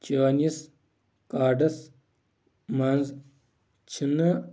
چیٛٲنِس کارٹس منٛز چھِنہٕ